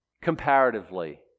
comparatively